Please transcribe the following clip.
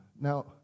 Now